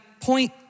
point